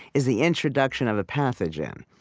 is the introduction of a pathogen,